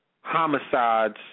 homicides